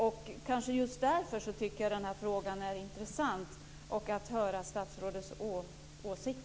Det är kanske just därför som jag tycker att den här frågan är intressant och vill höra statsrådets åsikt.